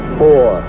four